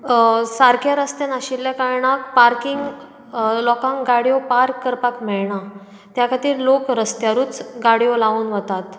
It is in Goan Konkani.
सारकें रस्ते नाशिल्या कारणाक पार्किंग लोकांक गाडियो पार्क करपाक मेळना त्या खातीर लोक रस्त्यारूच गाडियो लावन वतात